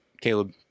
Caleb